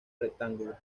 rectángulo